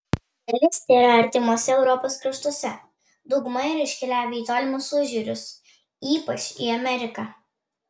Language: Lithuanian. dalis tėra artimuose europos kraštuose dauguma yra iškeliavę į tolimus užjūrius ypač į ameriką